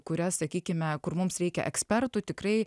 kurias sakykime kur mums reikia ekspertų tikrai